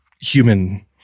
human